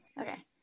okay